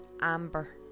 Amber